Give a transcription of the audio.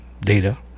Data